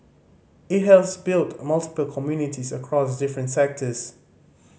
it has built multiple communities across different sectors